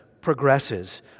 progresses